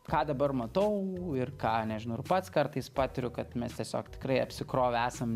ką dabar matau ir ką nežinau ir pats kartais patiriu kad mes tiesiog tikrai apsikrovę esam